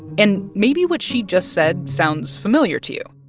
and maybe what she just said sounds familiar to you.